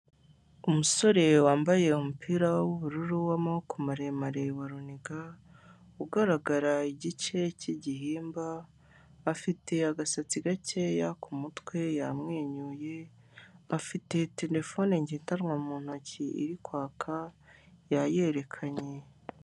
Umusore wambaye umupira w'ubururu w'amaboko maremare wa runiga ugaragara igice cy'igihimba, afite agasatsi gakeya ku mutwe yamwenyuye, afite terefone ngendanwa mu ntoki iri kwaka yayerekanye.